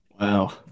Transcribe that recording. Wow